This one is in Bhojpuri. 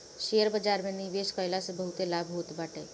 शेयर बाजार में निवेश कईला से बहुते लाभ होत बाटे